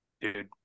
dude